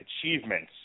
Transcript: achievements